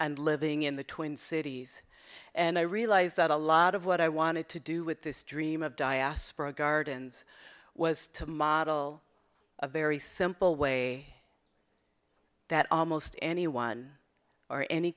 and living in the twin cities and i realized that a lot of what i wanted to do with this dream of diaspora gardens was to model a very simple way that almost anyone or any